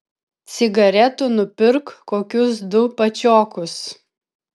cigaretų nupirk kokius du pačiokus